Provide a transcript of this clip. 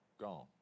gone